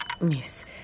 Miss